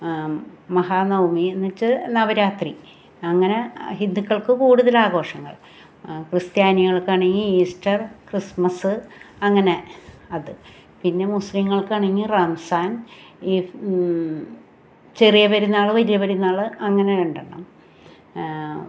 മഹാനവമി എന്നുവച്ച് നവരാത്രി അങ്ങനെ ഹിന്ദുക്കൾക്ക് കൂടുതൽ ആഘോഷങ്ങൾ ക്രിസ്ത്യാനികൾക്ക് ആണെങ്കിൽ ഈസ്റ്റർ ക്രിസ്മസ് അങ്ങനെ അത് പിന്നെ മുസ്ലീങ്ങൾക്കാണെങ്കിൽ റംസാൻ ഇഫ് ചെറിയ പെരുന്നാൾ വലിയ പെരുന്നാൾ അങ്ങനെ രണ്ടെണ്ണം